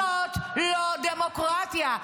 זאת לא דמוקרטיה,